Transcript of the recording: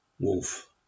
Wolf